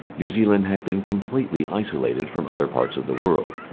new zealand had been completely isolated from other parts of the world,